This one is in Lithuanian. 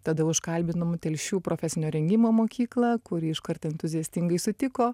tada užkalbinom telšių profesinio rengimo mokyklą kuri iškart entuziastingai sutiko